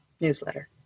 newsletter